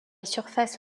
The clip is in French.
surface